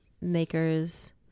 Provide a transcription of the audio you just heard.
makers